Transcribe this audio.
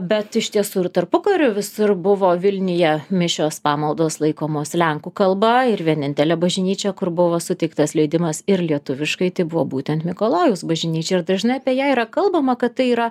bet iš tiesų ir tarpukariu visur buvo vilniuje mišios pamaldos laikomos lenkų kalba ir vienintelė bažnyčia kur buvo suteiktas leidimas ir lietuviškai tai buvo būtent mikalojaus bažnyčioj ir dažnai apie ją yra kalbama kad tai yra